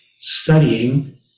studying